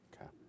Okay